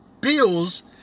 bills